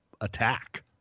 attack